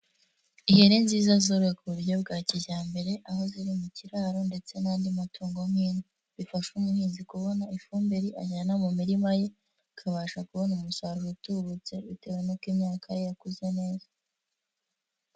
Ihene nziza zorowe ku buryo bwa kijyambere aho ziri mu kiraro ndetse n'andi matungo nk'inka, bifasha umuhinzi kubona ifumbire anjyana mu mirima ye akabasha kubona umusaruro utubutse bitewe n'uko imyaka ye yakuze neza.